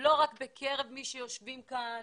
לא רק בקרב מי שיושבים כאן,